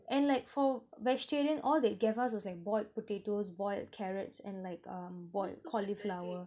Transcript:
and like for vegetarian all they gave us was like boiled potatoes boiled carrots and like um boiled cauliflower